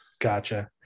Gotcha